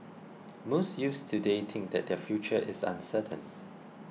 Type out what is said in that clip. most youths today think that their future is uncertain